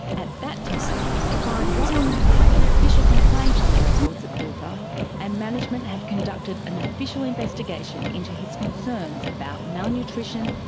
at that time clive watson had an official complaint on the records at bupa and management had conducted an official investigation into his concerns about malnutrition,